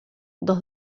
dos